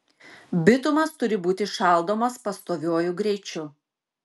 bitumas turi būti šaldomas pastoviuoju greičiu